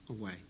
away